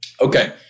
Okay